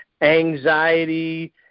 anxiety